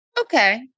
Okay